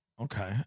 okay